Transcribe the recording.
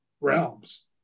realms